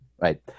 right